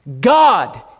God